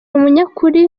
umunyakuri